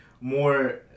more